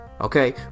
okay